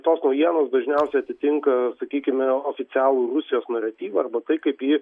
tos naujienos dažniausiai atitinka sakykime oficialų rusijos naratyvą arba tai kaip ji